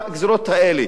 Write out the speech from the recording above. והדבר השני,